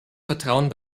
vertrauen